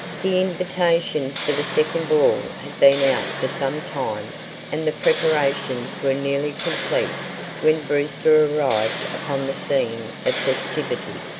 the invitations for the second ball had been out for some time and the preparations were nearly complete when brewster arrived upon the scene of festivity.